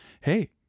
hey